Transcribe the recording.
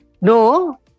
No